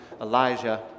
Elijah